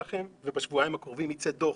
ובשבועיים הקרובים יצא דוח